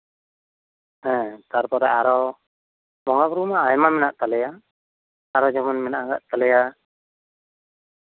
ᱦᱮᱸ ᱛᱟᱯᱚᱨᱮ ᱵᱚᱸᱜᱟ ᱵᱳᱨᱳ ᱢᱟ ᱟᱭᱢᱟ ᱢᱮᱱᱟᱜ ᱛᱟᱞᱮᱭᱟ ᱟᱨᱚ ᱡᱮᱢᱚᱱ ᱢᱮᱱᱟᱜ ᱠᱟᱜ ᱛᱟᱞᱮᱭᱟ